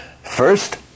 First